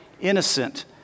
innocent